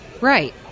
Right